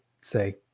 say